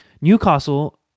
Newcastle